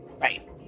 Right